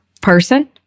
person